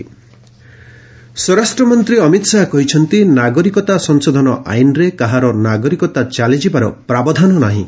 ଅମିତ୍ ଶାହା ସ୍ୱରାଷ୍ଟ୍ର ମନ୍ତ୍ରୀ ଅମିତ୍ ଶାହା କହିଛନ୍ତି ନାଗରିକତା ସଂଶୋଧନ ଆଇନ୍ରେ କାହାର ନାଗରିକତା ଚାଲିଯିବାର ପ୍ରାବଧାନ ନାହିଁ